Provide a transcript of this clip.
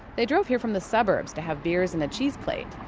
they drove here from the suburbs to have beers and a cheese plate.